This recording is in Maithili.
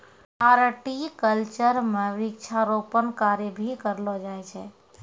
हॉर्टिकल्चर म वृक्षारोपण कार्य भी करलो जाय छै